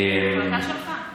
זו החלטה שלך.